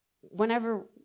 whenever